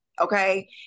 okay